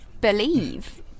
believe